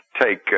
take